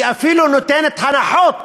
היא אפילו נותנת הנחות